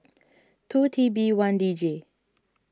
two T B one D J